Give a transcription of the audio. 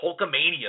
Hulkamania